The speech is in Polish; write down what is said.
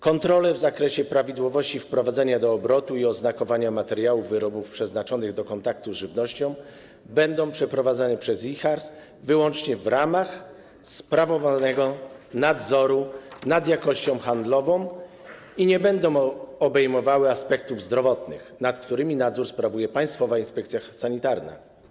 Kontrole w zakresie prawidłowości wprowadzania do obrotu i oznakowania materiałów i wyrobów przeznaczonych do kontaktu z żywnością będą przeprowadzane przez IJHARS wyłącznie w ramach sprawowanego nadzoru nad jakością handlową i nie będą obejmowały aspektów zdrowotnych, nad którymi nadzór sprawuje Państwowa Inspekcja Sanitarna.